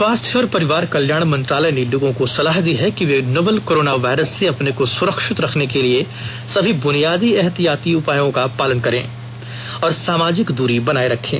स्वास्थ्य और परिवार कल्याण मंत्रालय ने लोगों को सलाह दी है कि वे नोवल कोरोना वायरस से अपने को सुरक्षित रखने के लिए सभी बुनियादी एहतियाती उपायों का पालन करें और सामाजिक दूरी बनाए रखें